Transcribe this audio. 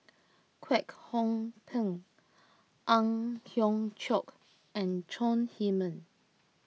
Kwek Hong Png Ang Hiong Chiok and Chong Heman